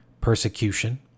persecution